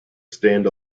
stand